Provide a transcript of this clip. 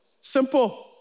Simple